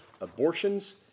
abortions